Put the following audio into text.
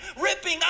ripping